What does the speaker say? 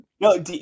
No